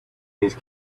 these